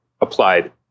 applied